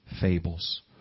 fables